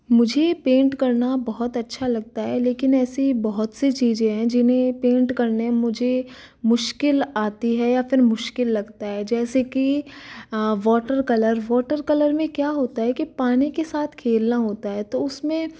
मुझे पेंट करना बहुत अच्छा लगता है लेकिन ऐसे बहुत सी चीज़ें हैं जिन्हें पेंट करने मुझे मुश्किल आती है या फिर मुश्किल लगता है जैसे की वॉटर कलर वॉटर कलर में क्या होता है कि पानी के साथ खेलना होता है तो उसमें